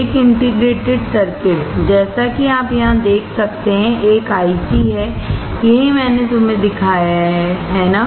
एक integrated circuit जैसा कि आप यहां देख सकते हैं एक आईसी है यही मैंने तुम्हें दिखाया है है ना